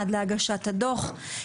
עד להגשת הדוח.